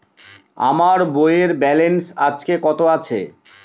আমার বইয়ের ব্যালেন্স আজকে কত আছে?